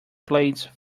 blades